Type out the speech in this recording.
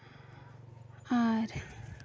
ᱟᱨ